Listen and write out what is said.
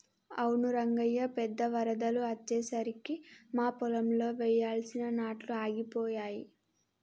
అవును రంగయ్య పెద్ద వరదలు అచ్చెసరికి మా పొలంలో వెయ్యాల్సిన నాట్లు ఆగిపోయాయి